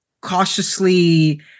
cautiously